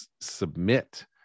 submit